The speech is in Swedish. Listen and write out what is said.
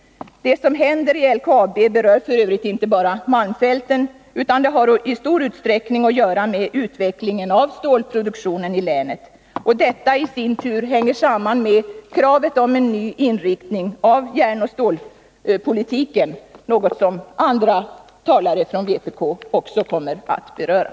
Det som nu händer i LKAB berör f. ö. inte enbart malmfälten, utan det har i stor utsträckning att göra med utvecklingen av stålproduktionen inom länet. Detta i sin tur hänger samman med kravet på en ny inriktning av järnoch stålpolitiken, något som andra talare från vpk också kommer att beröra.